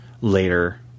later